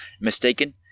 mistaken